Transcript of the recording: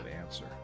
answer